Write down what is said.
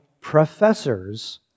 professors